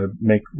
make